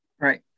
right